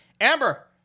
Amber